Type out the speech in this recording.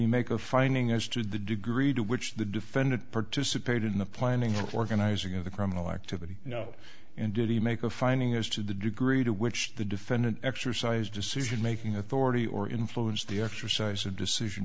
he make a finding as to the degree to which the defendant participated in the planning organizing of the criminal activity you know and did he make a finding as to the degree to which the defendant exercised decision making authority or influence the exercise of decision